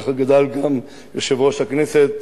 ככה גדל גם יושב-ראש הכנסת,